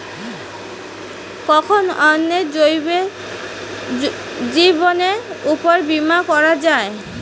কখন অন্যের জীবনের উপর বীমা করা যায়?